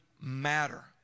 matter